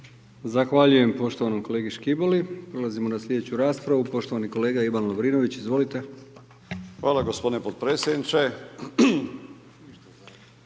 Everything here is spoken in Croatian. Zahvaljujem poštovanom kolegi Škiboli. Prelazimo na sljedeću raspravu. Poštovani kolega Ivan Lovrinović, izvolite. **Lovrinović,